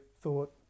thought